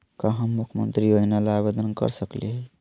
का हम मुख्यमंत्री योजना ला आवेदन कर सकली हई?